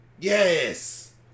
Yes